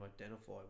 identify